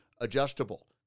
adjustable